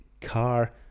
Car